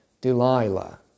Delilah